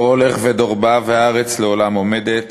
"דור הולך ודור בא והארץ לעולם עמדת",